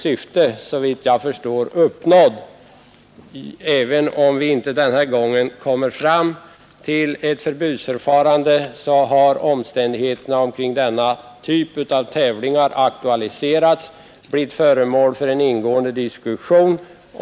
Därmed är såvitt jag förstår motionens syfte uppnått. Även om vi den här gången inte kommer fram till ett förbudsförfarande, har omständigheterna kring denna typ av tävlingar aktualiserats och blivit föremål för en ingående diskussion.